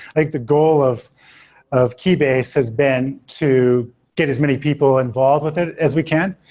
like the goal of of keybase has been to get as many people involved with it as we can.